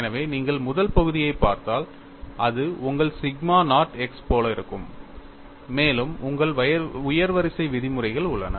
எனவே நீங்கள் முதல் பகுதியைப் பார்த்தால் அது உங்கள் சிக்மா நாட் x போல இருக்கும் மேலும் உங்களிடம் உயர் வரிசை விதிமுறைகள் உள்ளன